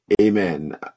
amen